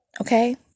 okay